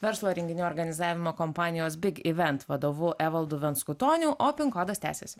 verslo renginių organizavimo kompanijos big event vadovu evaldu venskutoniu o pinkodas tęsiasi